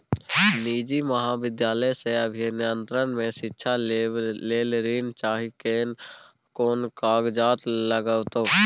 निजी महाविद्यालय से अभियंत्रण मे शिक्षा लेबा ले ऋण चाही केना कोन कागजात लागतै?